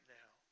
now